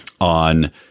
on